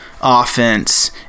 offense